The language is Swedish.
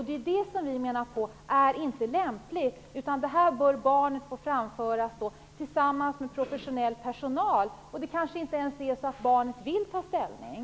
Det är det som vi menar inte är lämpligt. Detta bör barn få framföra tillsammans med professionell personal. Det kanske inte ens är så att barnet vill ta ställning.